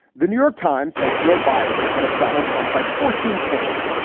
the new york times has joe biden ahead of donald trump by fourteen points.